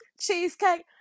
cheesecake